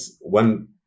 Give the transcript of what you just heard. one